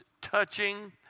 touching